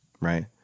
right